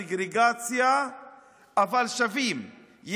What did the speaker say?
סגרגציה אבל הם שווים,